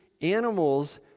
animals